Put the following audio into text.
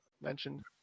mentioned